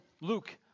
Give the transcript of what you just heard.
Luke